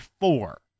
four